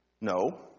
No